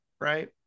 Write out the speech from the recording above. right